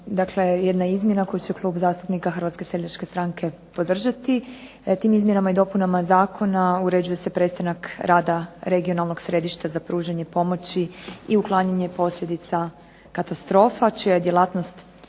dakle jedna izmjena koju će Klub zastupnika Hrvatske seljačke stranke podržati. Tim izmjenama i dopunama zakona uređuje se prestanak rada Regionalnog središta za pružanje pomoći i uklanjanje posljedica katastrofa čija je djelatnost